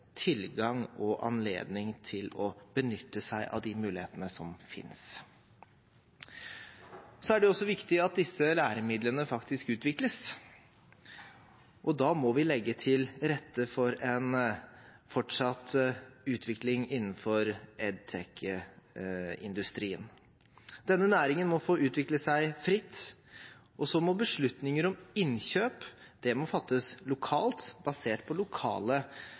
tilgang og anledning til å benytte seg av de mulighetene som finnes. Det er også viktig at disse læremidlene faktisk utvikles. Da må vi legge til rette for fortsatt utvikling innenfor edtech-industrien. Denne næringen må få utvikle seg fritt, og så må beslutninger om innkjøp fattes lokalt, basert på lokale